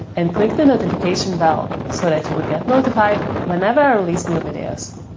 and click the notification bell, so that you would get notified whenever i release new videos.